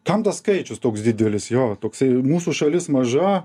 kam tas skaičius toks didelis jo toksai mūsų šalis maža